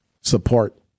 support